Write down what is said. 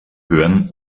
hören